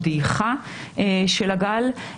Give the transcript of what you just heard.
להבין איזה כלים הממשלה זקוקה להם